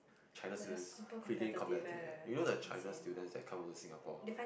China students freaking competitive eh you know the China students that come to Singapore